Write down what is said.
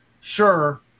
sure